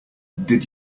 did